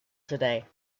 today